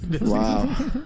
wow